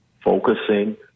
focusing